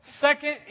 second